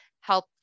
help